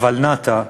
הוולנת"ע,